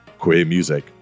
queermusic